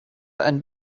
and